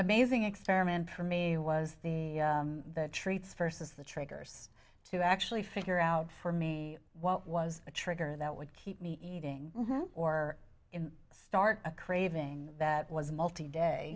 amazing experiment for me was the treats versus the triggers to actually figure out for me what was the trigger that would keep me eating or start a craving that was multi day